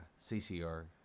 CCR